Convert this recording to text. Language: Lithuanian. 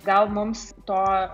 gal mums to